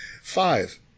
Five